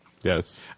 Yes